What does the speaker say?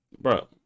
bro